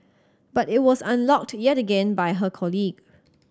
but it was unlocked yet again by her colleague